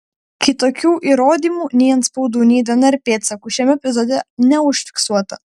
kitokių įrodymų nei atspaudų nei dnr pėdsakų šiame epizode neužfiksuota